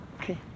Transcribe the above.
Okay